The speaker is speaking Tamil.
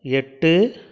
எட்டு